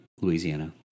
Louisiana